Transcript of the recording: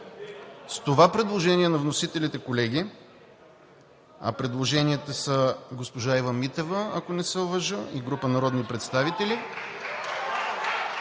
С това предложение на вносителите, колеги – предложенията са от госпожа Ива Митева, ако не се лъжа, и група народни представители,